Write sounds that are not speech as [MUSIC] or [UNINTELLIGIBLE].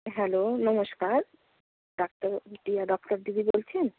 hello নমস্কার doctor [UNINTELLIGIBLE] doctor দিদি বলছেন